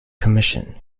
commission